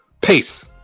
Peace